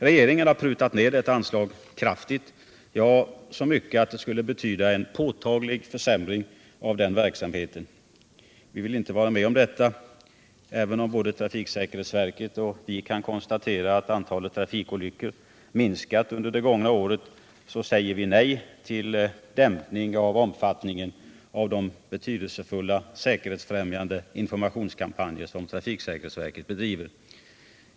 Regeringen har prutat ned detta anslag kraftigt, ja, så mycket att det skulle betyda en påtaglig försämring av den verksamheten. Vi vill inte vara med om detta. Även om både trafiksäkerhetsverket och vi kan konstatera att antalet trafikolyckor minskat under det gångna året, säger vi nej till en minskning av omfattningen av de betydelsefulla, säkerhetsfrämjande informationskampanjer som trafiksäkerhetsverket bedriver.